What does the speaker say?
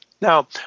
Now